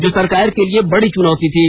जो सरकार के लिए बड़ी चुनौती थी